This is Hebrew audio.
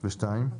פסקה (2)